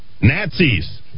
Nazis